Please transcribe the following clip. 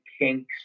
Kinks